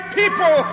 people